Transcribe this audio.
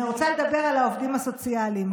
אני רוצה לדבר על העובדים הסוציאליים.